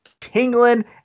tingling